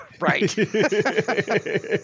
Right